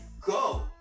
go